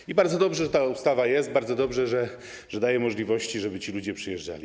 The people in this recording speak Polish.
I bardzo dobrze, że ta ustawa jest, bardzo dobrze, że daje możliwości, żeby ci ludzie przyjeżdżali.